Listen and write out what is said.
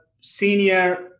senior